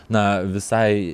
na visai